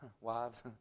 Wives